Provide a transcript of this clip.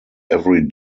every